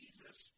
Jesus